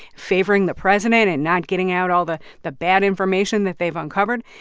favoring the president and not getting out all the the bad information that they've uncovered.